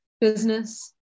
business